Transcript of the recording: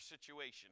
situation